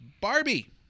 Barbie